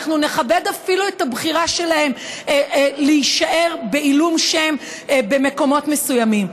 ואנחנו נכבד אפילו את הבחירה שלהם להישאר בעילום שם במקומות מסוימים,